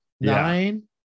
nine